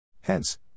Hence